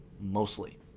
mostly